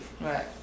Right